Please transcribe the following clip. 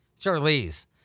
Charlize